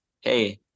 hey